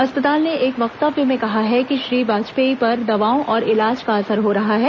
अस्पताल ने एक वक्तव्य में कहा है कि श्री वाजपेयी पर दवाओं और इलाज का असर हो रहा है